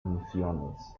misiones